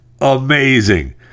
amazing